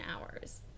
Hours